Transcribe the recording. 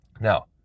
Now